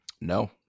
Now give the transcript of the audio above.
no